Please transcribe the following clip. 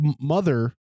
mother